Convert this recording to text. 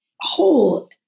whole